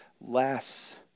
less